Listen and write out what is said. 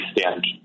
stand